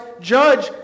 judge